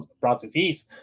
processes